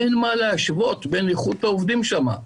אין מה להשוות בין איכות העובדים שם לכאן.